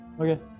Okay